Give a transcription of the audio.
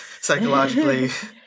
psychologically